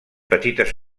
petites